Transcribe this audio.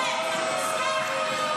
יא מקופלת.